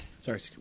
Sorry